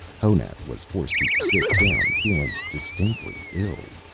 honath was forced to sit down, feeling distinctly ill.